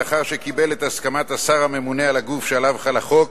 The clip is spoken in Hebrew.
לאחר שקיבל את הסכמת השר הממונה על הגוף שעליו חל החוק,